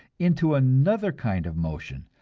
into another kind of motion,